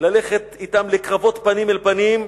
ללכת אתם לקרבות פנים אל פנים,